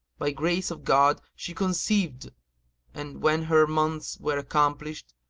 by grace of god she conceived and, when her months were accomplished,